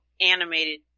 animated